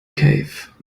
cave